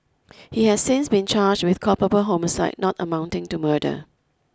he has since been charged with culpable homicide not amounting to murder